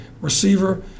receiver